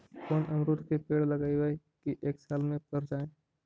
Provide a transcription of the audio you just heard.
कोन अमरुद के पेड़ लगइयै कि एक साल में पर जाएं?